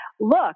look